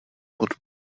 pod